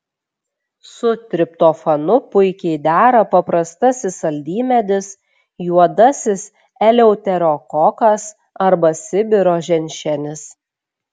su triptofanu puikiai dera paprastasis saldymedis juodasis eleuterokokas arba sibiro ženšenis